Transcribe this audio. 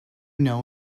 know